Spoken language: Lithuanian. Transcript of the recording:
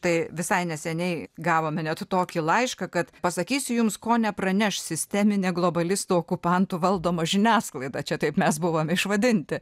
tai visai neseniai gavome net tokį laišką kad pasakysiu jums ko nepraneš sisteminė globalistų okupantų valdoma žiniasklaida čia taip mes buvom išvadinti